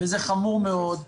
זה חמור מאוד.